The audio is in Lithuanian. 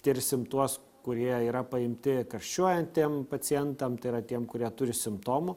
tirsim tuos kurie yra paimti karščiuojantiem pacientam tai yra tiem kurie turi simptomų